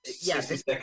yes